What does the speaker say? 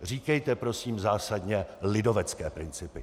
Říkejte prosím zásadně lidovecké principy!